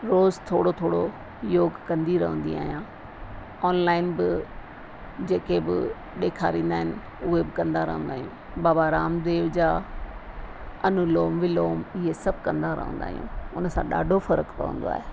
रोज़ु थोरो थोरो योगु कंदी रहंदी आहियां ऑनलाइन बि जेके बि ॾेखारींदा आहिनि उहे बि कंदा रहंदा आहियूं बाबा रामदेव जा अनुलोम विलोम इहे सभु कंदा रहंदा आहियूं उन सां ॾाढो फ़र्क़ु पवंदो आहे